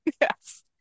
Yes